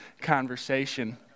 conversation